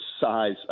size